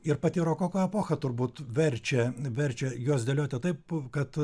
ir pati rokoko epocha turbūt verčia verčia juos dėlioti taip kad